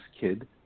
kid